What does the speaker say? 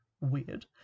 weird